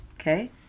Okay